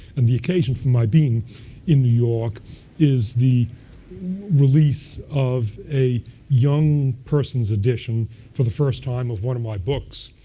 and the occasion for my being in new york is the release of a young persons edition for the first time of one of my books.